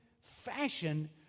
fashion